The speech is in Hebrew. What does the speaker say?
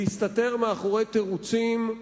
להסתתר מאחורי תירוצים,